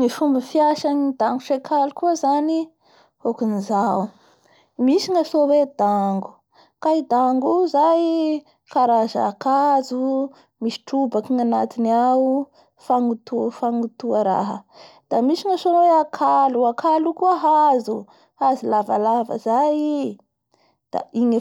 Ny dago sy ny akalo ireo zany fitotoa ka ny fampesa azy ny dango raha lavalava zay io misy trobaky ngal-ampovoany eo da gnakalo, hazo lavalava avao koa i io da io ny